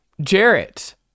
Jarrett